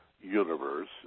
universe